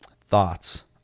thoughts